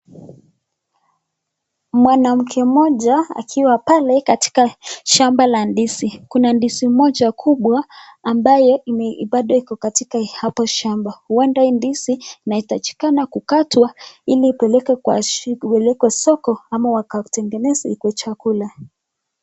Mwanamke mmoja akiwa pale katika shamba la ndizi. Kuna ndizi moja kubwa ambaye bado iko katika hapo shamba. Huenda hii ndizi inahitajikana kukatwa ili ipelekwe soko ama wakatengeneze ikuwe chakula.